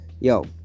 yo